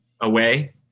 away